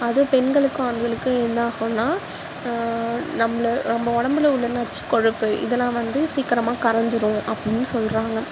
அது பெண்களுக்கும் ஆண்களுக்கும் என்ன ஆகும்னா நம்பளை நம்ம உடம்பில் உள்ள நச்சு கொழுப்பு இதெலாம் வந்து சீக்கிரமா கரைஞ்சுரும் அப்படின்னு சொல்கிறாங்க